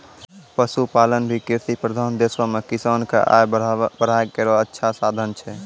पशुपालन भी कृषि प्रधान देशो म किसान क आय बढ़ाय केरो अच्छा साधन छै